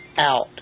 out